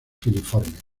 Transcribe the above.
filiformes